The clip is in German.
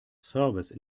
service